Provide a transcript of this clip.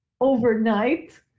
overnight